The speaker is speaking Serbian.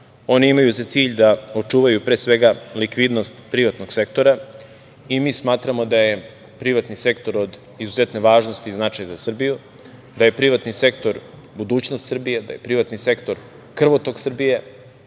oni imaju za cilj da očuvaju pre svega likvidnost privatnog sektora i mi smatramo da je privatni sektor od izuzetne važnosti i značaja za Srbiju, da je privatni sektor budućnost Srbije, da je privatni sektor krvotok Srbije,